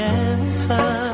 answer